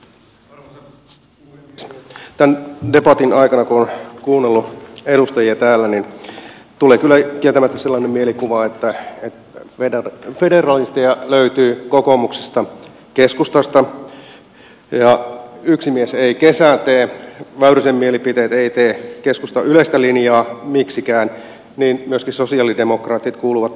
kun on tämän debatin aikana kuunnellut edustajia täällä niin tulee kyllä kieltämättä sellainen mielikuva että federalisteja löytyy kokoomuksesta ja keskustasta ja yksi mies ei kesää tee väyrysen mielipiteet eivät tee keskustan yleistä linjaa miksikään ja myöskin sosialidemokraatit kuuluvat tähän ryhmään